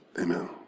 Amen